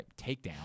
Takedown